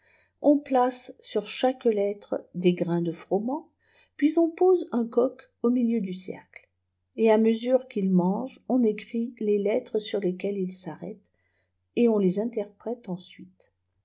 on place sur chaque lettre des grains de froment puis on pose un coq au milieu du cercle et à mesure qu'il mange on écrit les lettres sur lesquelles il s'arrête et on les interprèteensuite